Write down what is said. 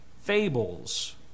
fables